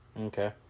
Okay